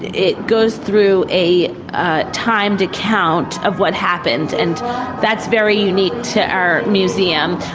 it goes through a timed account of what happened, and that's very unique to our museum.